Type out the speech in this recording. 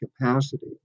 capacity